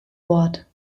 wort